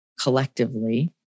collectively